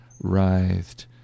writhed